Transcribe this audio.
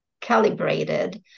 calibrated